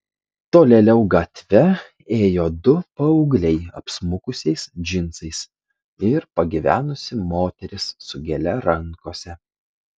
tolėliau gatve ėjo du paaugliai apsmukusiais džinsais ir pagyvenusi moteris su gėle rankose